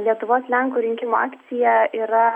lietuvos lenkų rinkimų akcija yra